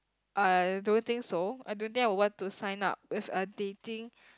I don't think so I don't think I will want to sign up with a dating